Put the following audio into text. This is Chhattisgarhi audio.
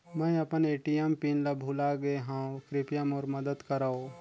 मैं अपन ए.टी.एम पिन ल भुला गे हवों, कृपया मोर मदद करव